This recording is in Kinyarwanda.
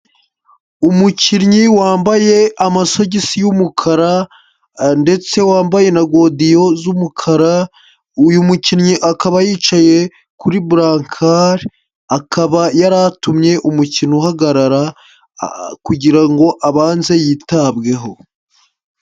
Umukinnyi wambaye amasogisi y'umukara ndetse wambaye na godiyo z'umukara, uyu mukinnyi akaba yicaye kuri burankari, akaba yari atumye umukino uhagarara kugira ngo abanze yitabweho.